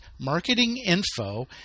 marketinginfo